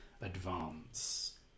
advance